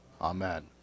Amen